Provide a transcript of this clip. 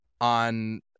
on